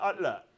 look